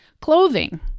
Clothing